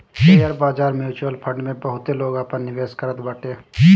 share बाजार, mutual fund में बहुते लोग आपन निवेश करत बाटे